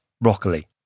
broccoli